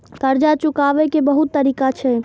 कर्जा चुकाव के बहुत तरीका छै?